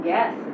Yes